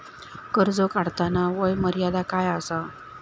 कर्ज काढताना वय मर्यादा काय आसा?